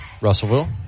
Russellville